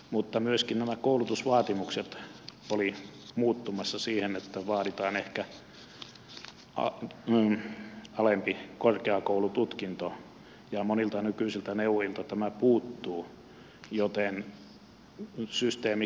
mutta myöskin nämä koulutusvaatimukset olivat muuttumassa niin että vaaditaan ehkä alempi korkeakoulututkinto ja monilta nykyisiltä neuvojilta tämä puuttuu joten nyt systeemi kyseenalaistaa